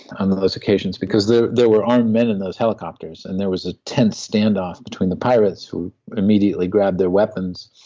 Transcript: under those occasions because there were armed men in those helicopters and there was a tensed standoff between the pirates, who immediately grabbed their weapons,